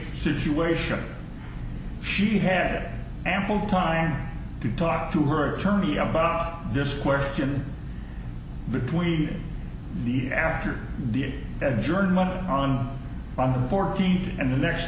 situation she had ample time to talk to her attorney about this question between the after the journey on the fourteenth and the next